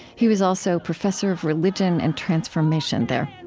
he was also professor of religion and transformation there.